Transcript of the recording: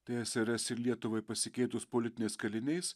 tsrs ir lietuvai pasikeitus politiniais kaliniais